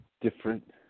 different